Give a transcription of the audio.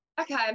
Okay